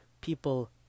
people